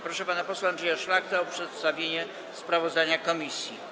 Proszę pana posła Andrzeja Szlachtę o przedstawienie sprawozdania komisji.